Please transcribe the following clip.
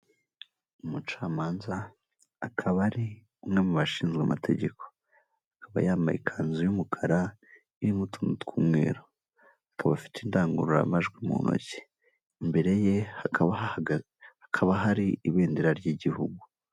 Umucamanza akaba ari umwe mu bashinzwe amategeko, aAkaba yambaye ikanzu y'umukara irimo utuntu tw'umweru, akaba afite indangururamajwi mu ntoki, imbere ye hakaba hahagaze hakaba hari ibendera ry'Igihugu.